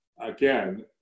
Again